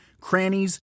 crannies